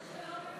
יש היום,